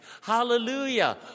Hallelujah